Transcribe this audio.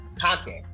content